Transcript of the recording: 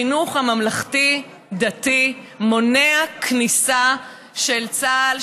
החינוך הממלכתי-דתי מונע כניסה של צה"ל,